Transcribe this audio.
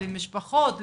למשפחות,